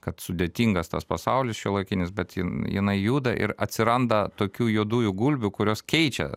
kad sudėtingas tas pasaulis šiuolaikinis bet jin jinai juda ir atsiranda tokių juodųjų gulbių kurios keičia